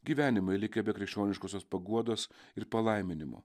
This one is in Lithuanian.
gyvenimai likę be krikščioniškosios paguodos ir palaiminimo